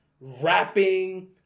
rapping